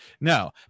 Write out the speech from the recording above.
no